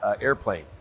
airplane